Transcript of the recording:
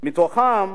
מתוכם